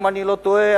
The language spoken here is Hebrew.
אם אני לא טועה,